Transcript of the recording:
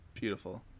Beautiful